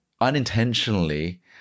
unintentionally